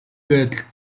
байдалд